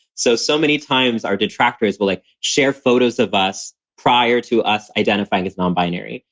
so, so many times our detractors will like share photos of us prior to us identifying as nonbinary.